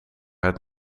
het